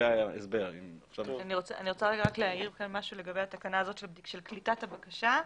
אני רוצה להעיר משהו לגבי התקנה הזאת של קליטת הבקשה.